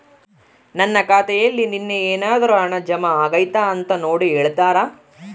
ನನ್ನ ಖಾತೆಯಲ್ಲಿ ನಿನ್ನೆ ಏನಾದರೂ ಹಣ ಜಮಾ ಆಗೈತಾ ಅಂತ ನೋಡಿ ಹೇಳ್ತೇರಾ?